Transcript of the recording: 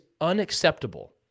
unacceptable